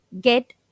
get